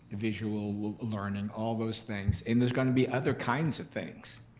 visual learning, all those things, and there's gonna be other kinds of things.